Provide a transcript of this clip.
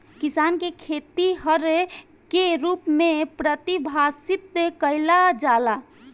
किसान के खेतिहर के रूप में परिभासित कईला जाला